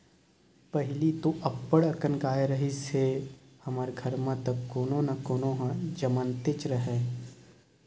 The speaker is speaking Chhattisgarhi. पहिली तो अब्बड़ अकन गाय रिहिस हे हमर घर म त कोनो न कोनो ह जमनतेच राहय